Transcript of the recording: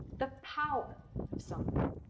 the power of something.